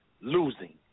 losing